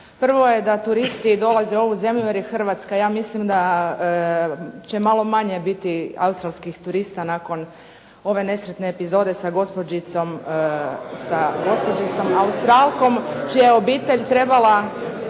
Prvo je da turisti dolaze u ovu zemlju jer je Hrvatska. Ja mislim da će malo manje biti australskih turista nakon ove nesretne epizode sa gospođicom Australkom čija je obitelj trebala